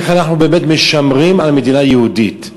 איך אנחנו באמת משמרים מדינה יהודית,